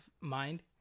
mind